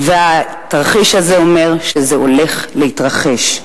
והתרחיש הזה אומר שזה הולך להתרחש,